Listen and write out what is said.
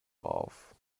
auf